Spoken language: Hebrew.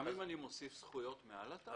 גם אם אני מוסיף זכויות מעל התמ"א.